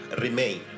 remain